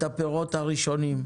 את הפירות הראשונים,